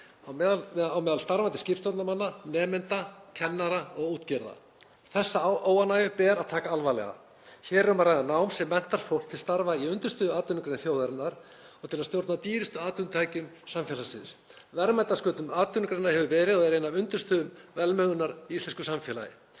á meðal starfandi skipstjórnarmanna, nemenda, kennara og útgerða. Þessa óánægju ber að taka alvarlega. Hér er um að ræða nám sem menntar fólk til starfa í undirstöðuatvinnugrein þjóðarinnar og til að stjórna dýrustu atvinnutækjum samfélagsins. Verðmætasköpun atvinnugreinarinnar hefur verið og er ein af undirstöðum velmegunar í íslensku samfélagi.